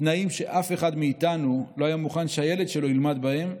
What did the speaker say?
תנאים שאף אחד מאיתנו לא היה מוכן שהילד שלו ילמד בהם.